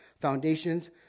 foundations